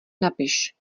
napiš